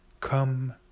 Come